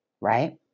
right